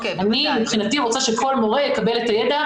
אני מבחינתי רוצה שכל מורה יקבל את הידע,